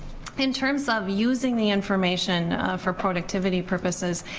in terms of using the information for productivity purposes,